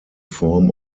form